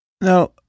Now